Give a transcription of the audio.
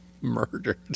murdered